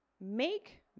Make